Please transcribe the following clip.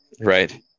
Right